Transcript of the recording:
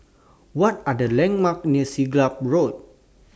What Are The landmarks near Siglap Road